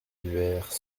vers